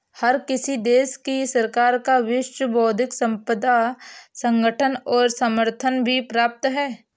हर किसी देश की सरकार का विश्व बौद्धिक संपदा संगठन को समर्थन भी प्राप्त है